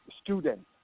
students